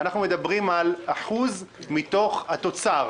אנחנו מדברים על אחוז מתוך התוצר.